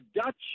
Dutch